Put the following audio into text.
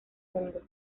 mundo